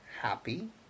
happy